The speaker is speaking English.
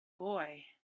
boy